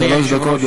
שלוש דקות.